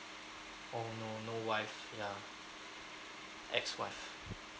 oh no no no wife ya ex wife